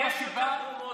היה ככה, קודם כול,